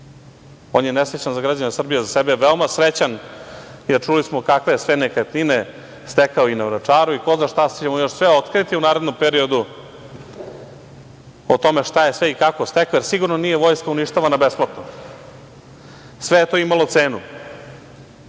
On je nesrećan za građane Srbije, a za sebe je veoma srećan, jer čuli smo kakve je sve nekretnine stekao i na Vračaru i ko zna šta će mu još sve otkriti u narednom periodu o tome šta je sve i kako steka, jer sigurno nije Vojska uništavana besplatno. Sve je to imalo cenu.